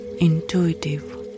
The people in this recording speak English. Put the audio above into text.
Intuitive